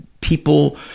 people